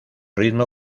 ritmo